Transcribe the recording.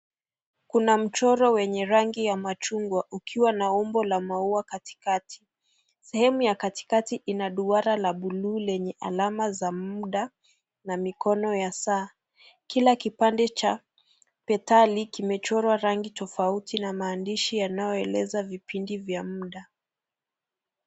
Kuna mchoro wenye rangi ya machungwa, ukiwa na umbo la maua katika. Sehemu ya katikati ina duara la bluu lenye alama za muda na mikono ya saa. Kila kipande cha petali kimechorwa rangi tofauti na maandishi yanayoeleza vipindi vya muda.